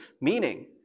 Meaning